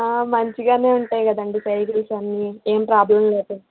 మంచిగానే ఉంటాయి కదండీ సైకిల్స్ అన్నీ ఏం ప్రాబ్లమ్ లేదు కదా